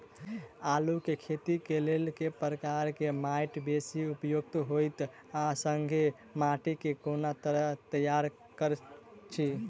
आलु केँ खेती केँ लेल केँ प्रकार केँ माटि बेसी उपयुक्त होइत आ संगे माटि केँ कोना तैयार करऽ छी?